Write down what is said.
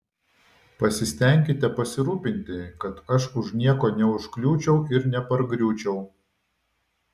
pasistenkite pasirūpinti kad aš už nieko neužkliūčiau ir nepargriūčiau